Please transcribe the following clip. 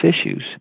issues